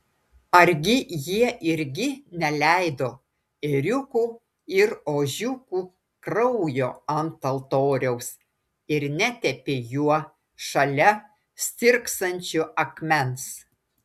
argi jie irgi neleido ėriukų ir ožiukų kraujo ant altoriaus ir netepė juo šalia stirksančio akmens